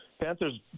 Panthers